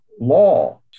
law